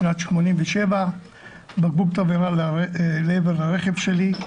בשנת 1987 בקבוק תבערה לעבר הרכב שלי,